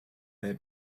her